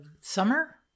summer